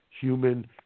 human